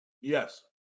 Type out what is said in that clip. Yes